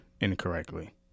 incorrectly